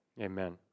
Amen